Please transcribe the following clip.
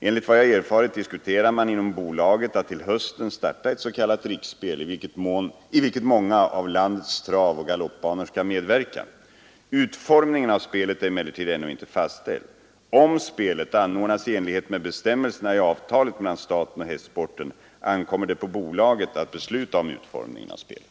Enligt vad jag erfarit diskuterar man inom bolaget att till hösten starta ett s.k. riksspel, i vilket många av landets travoch galoppbanor skall medverka. Utformningen av spelet är emellertid ännu inte fastställd. Om spelet anordnas i enlighet med bestämmelserna i avtalet mellan staten och hästsporten ankommer det på bolaget att besluta om utformningen av spelet.